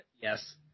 Yes